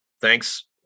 Thanks